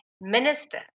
Minister